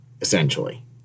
essentially